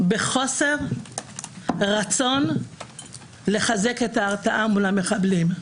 בחוסר רצון לחזק את ההרתעה מול המחבלים.